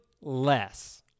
less